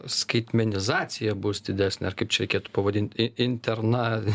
skaitmenizacija bus didesnė ar kaip čia reikėtų pavadinti inter na